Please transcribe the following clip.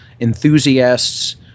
enthusiasts